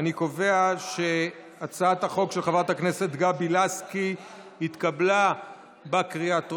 אני קובע שהצעת החוק של חברת הכנסת גבי לסקי התקבלה בקריאה טרומית.